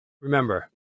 Remember